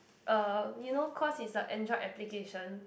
uh you know cause it's a android application